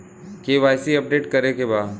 KYC update करे के बा?